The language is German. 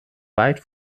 weit